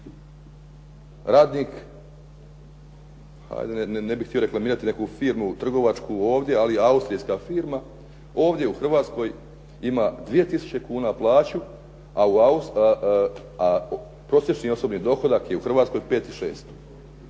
hajde, ne bih htio reklamirati neku firmu trgovačku ovdje, ali austrijska firma ovdje u Hrvatskoj ima 2 tisuće kuna plaću, a prosječni osobni dohodak je u Hrvatskoj 5